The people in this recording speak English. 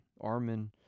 Armin